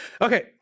Okay